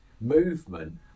movement